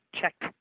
checked